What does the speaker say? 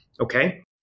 okay